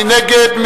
מי נגד?